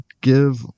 give